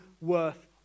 worth